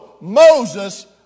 Moses